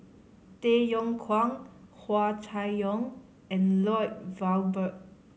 Tay Yong Kwang Hua Chai Yong and Lloyd Valberg